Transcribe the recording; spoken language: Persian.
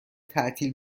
تعطیل